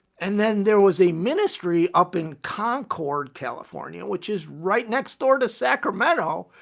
and then there was a ministry up in concord, california, which is right next door to sacramento.